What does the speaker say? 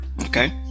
okay